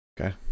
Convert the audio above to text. Okay